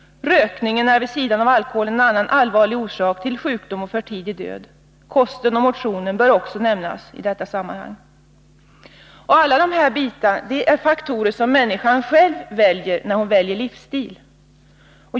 Rökningen är vid sidan av alkoholen en annan allvarlig orsak till sjukdom och för tidig död. Kosten och motionen bör också nämnas i detta sammanhang. Alla dessa bitar är faktorer som människan själv väljer när hon väljer livsstil.